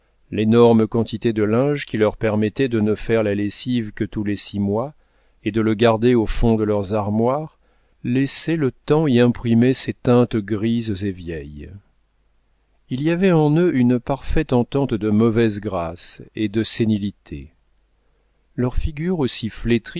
l'énorme quantité de linge qui leur permettait de ne faire la lessive que tous les six mois et de le garder au fond de leurs armoires laissait le temps y imprimer ses teintes grises et vieilles il y avait en eux une parfaite entente de mauvaise grâce et de sénilité leurs figures aussi